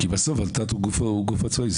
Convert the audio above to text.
כי בסוף ות"ת הוא גוף עצמאי.